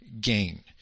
gain